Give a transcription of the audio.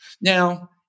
Now